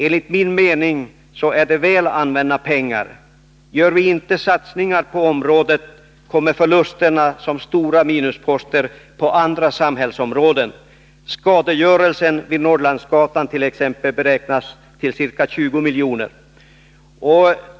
Enligt min uppfattning är det väl använda pengar. Gör vi inte satsningar på området, kommer förlusterna som stora minusposter på andra samhällsområden. Skadegörelsen vid Norrlandsgatan, t.ex., beräknas till ca 20 milj.kr.